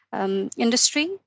Industry